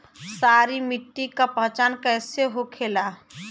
सारी मिट्टी का पहचान कैसे होखेला?